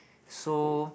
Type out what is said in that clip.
so